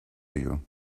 you